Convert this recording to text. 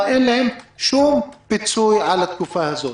אבל אין להם שום פיצוי על התקופה הזאת.